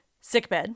Sickbed